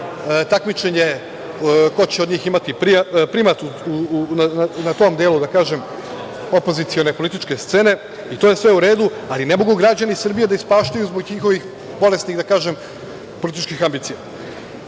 takmičenje ko će od njih imati primat na tom delu opozicione političke scene i to je sve u redu, ali ne mogu građani Srbiji da ispaštaju zbog njihovih bolesnih političkih ambicija. Dakle,